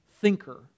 thinker